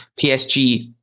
PSG